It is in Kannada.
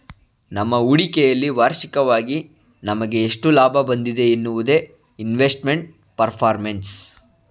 ನಮ್ಮ ಹೂಡಿಕೆಯಲ್ಲಿ ವಾರ್ಷಿಕವಾಗಿ ನಮಗೆ ಎಷ್ಟು ಲಾಭ ಬಂದಿದೆ ಎನ್ನುವುದೇ ಇನ್ವೆಸ್ಟ್ಮೆಂಟ್ ಪರ್ಫಾರ್ಮೆನ್ಸ್